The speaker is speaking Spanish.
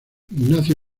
ignacio